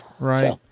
Right